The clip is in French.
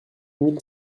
mille